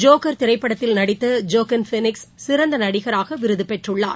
joker திரைப்படத்தில் நடித்தஜோக்கின் Phoenix சிறந்தநடிகராகவிருதுபெற்றுள்ளார்